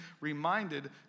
reminded